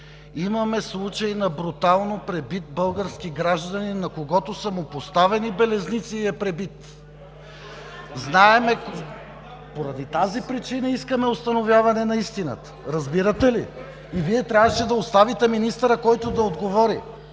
Имаме случай на брутално пребит български гражданин, на когото са му поставени белезници и е пребит. Поради тази причина искаме установяване на истината, разбирате ли, и Вие трябваше да оставите министърът, който да отговори?!